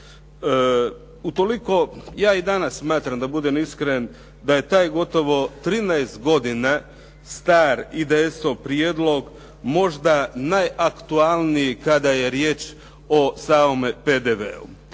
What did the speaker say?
Utoliko ja i danas smatram da budem iskren da je taj gotovo 13 godina star IDS-ov prijedlog možda najaktualniji kada je riječ o samome PDV-u.